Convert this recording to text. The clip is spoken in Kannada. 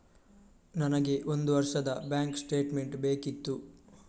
ನನಗೆ ಒಂದು ವರ್ಷದ ಬ್ಯಾಂಕ್ ಸ್ಟೇಟ್ಮೆಂಟ್ ಬೇಕಿತ್ತು